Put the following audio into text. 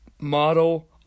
Model